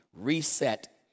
reset